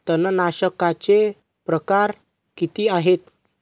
तणनाशकाचे प्रकार किती आहेत?